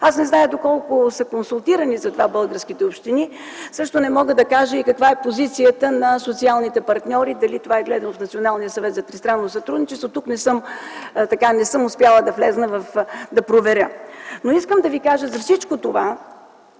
Аз не зная доколко са консултирани за това българските общини. Също не мога да кажа и каква е позицията на социалните партньори и дали това е гледано в Националния съвет за тристранно сътрудничество. Тук не съм успяла да вляза да проверя, но искам да ви кажа за всичко това,